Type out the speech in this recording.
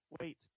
wait